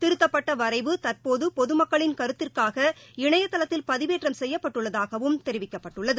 திருத்தப்பட்டவரைவு தற்போதுபொதுமக்களின் கருத்திற்காக இணையதளத்தில் பதிவேற்றம் செய்யப்பட்டுள்ளதாகவும் தெரிவிக்கப்பட்டுள்ளது